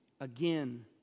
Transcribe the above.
again